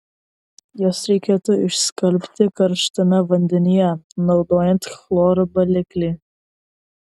jas reikėtų išskalbti karštame vandenyje naudojant chloro baliklį